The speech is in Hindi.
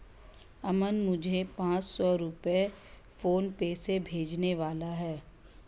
अमन मुझे पांच सौ रुपए फोनपे से भेजने वाला है